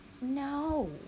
No